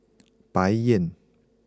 Bai Yan